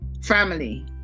family